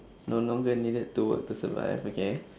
no longer needed to work to survive okay